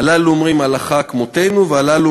הללו אומרים הלכה כמותנו,